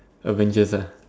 Avengers ya